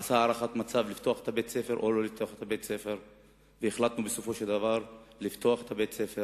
עשה הערכת מצב אם לפתוח את בית-הספר או לא לפתוח את בית-הספר.